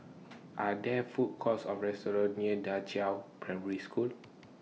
Are There Food Courts Or restaurants near DA Qiao Primary School